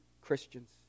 Christians